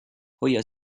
hoia